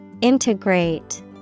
Integrate